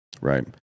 Right